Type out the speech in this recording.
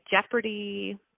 Jeopardy